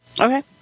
Okay